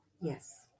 Yes